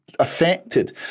affected